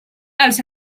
els